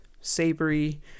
savory